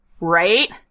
Right